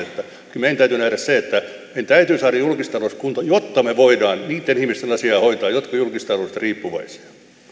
kyllä meidän täytyy nähdä se että meidän täytyy saada julkistalous kuntoon jotta me voimme niitten ihmisten asiaa hoitaa jotka ovat julkistaloudesta riippuvaisia